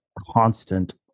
constant